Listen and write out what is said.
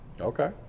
okay